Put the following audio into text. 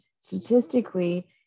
statistically